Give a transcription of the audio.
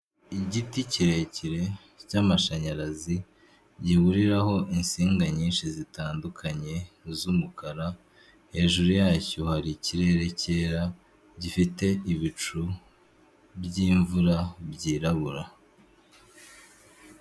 Igiti kirekire cy'amashanyarazi gihuriraho insinga nyinshi zitandukanye z'umukara hejuru yacyo hari ikirere cyera gifite ibicu byimvura byirabura.